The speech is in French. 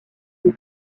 des